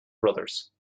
brothers